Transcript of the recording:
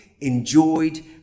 enjoyed